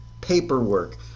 paperwork